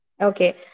Okay